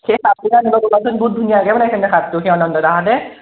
সেই সাপটোকে আনিব ক'বচোন বহুত ধুনীয়াকৈ বনাইছে মানে সাপটো সেই অনন্তদাহঁতে